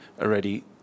already